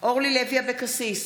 אורלי לוי אבקסיס,